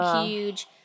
huge